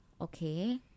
okay